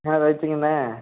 ஆ ரைட்டுங்கண்ணே